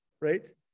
right